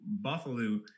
Buffalo